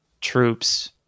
troops